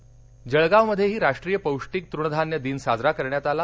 धान्य जळगावमध्येही राष्ट्रीय पौष्टीक तृणधान्य दिन साजरा करण्यात आला